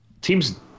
Teams